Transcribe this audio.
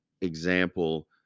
example